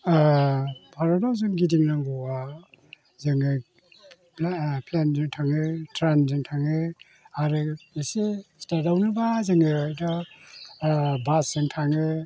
भारतआव जों गिदिंनागौबा जोङो प्लेनजों थाङो ट्रेनजों थाङो आरो एसे स्टेटआवनोबा जोङो दा बासजों थाङो